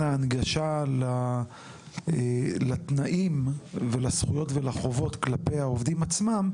ההנגשה לתנאים ולזכויות ולחובות כלפי העובדים עצמם,